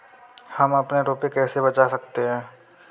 हम अपने रुपये कैसे बचा सकते हैं?